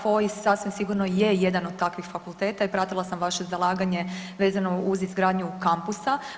FOI sasvim sigurno je jedan od takvih fakulteta i pratila sam vaše zalaganje vezano uz izgradnju kampusa.